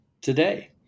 today